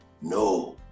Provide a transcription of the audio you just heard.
No